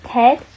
Ted